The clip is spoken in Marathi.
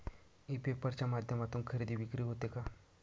ई पेपर च्या माध्यमातून खरेदी विक्री होते का?